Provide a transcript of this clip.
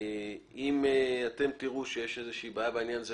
אם אתם תראו שיש איזושהי בעיה בעניין הזה,